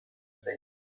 saying